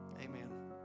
Amen